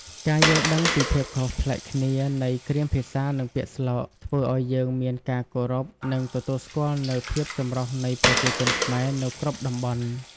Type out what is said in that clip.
ការយល់ដឹងពីភាពខុសប្លែកគ្នានៃគ្រាមភាសានិងពាក្យស្លោកធ្វើឲ្យយើងមានការគោរព និងទទួលស្គាល់នូវភាពចម្រុះនៃប្រជាជនខ្មែរនៅគ្រប់តំបន់។